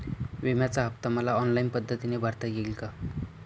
विम्याचा हफ्ता मला ऑनलाईन पद्धतीने भरता येईल का?